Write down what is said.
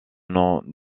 nom